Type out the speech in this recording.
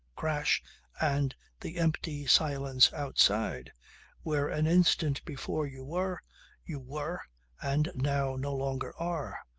crash and the empty silence outside where an instant before you were you were and now no longer are.